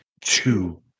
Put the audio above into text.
two